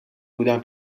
بودم